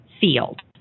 field